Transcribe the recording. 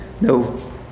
no